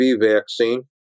vaccine